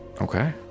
okay